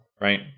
Right